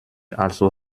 also